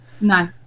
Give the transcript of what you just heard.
No